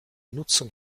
nutzung